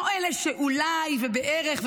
לא אלה שאולי ובערך,